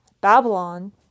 Babylon